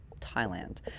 Thailand